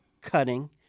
cutting